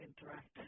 interact